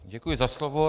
Děkuji za slovo.